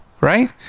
right